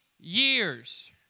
years